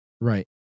Right